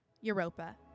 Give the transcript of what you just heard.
Europa